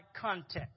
context